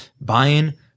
buying